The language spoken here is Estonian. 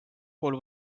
pool